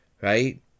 right